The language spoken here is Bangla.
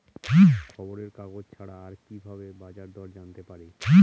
খবরের কাগজ ছাড়া আর কি ভাবে বাজার দর জানতে পারি?